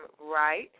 Right